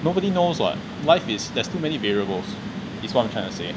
nobody knows what life is there's too many variables is what I'm trying to say